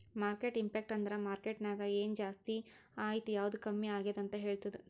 market impact ಅಂದುರ್ market ನಾಗ್ ಎನ್ ಜಾಸ್ತಿ ಆಯ್ತ್ ಯಾವ್ದು ಕಮ್ಮಿ ಆಗ್ಯಾದ್ ಅಂತ್ ಹೇಳ್ತುದ್